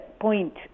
point